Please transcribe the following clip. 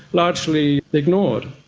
largely ignored.